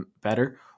better